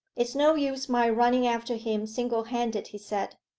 it's no use my running after him single-handed he said.